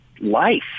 life